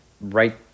right